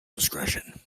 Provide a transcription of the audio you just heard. discretion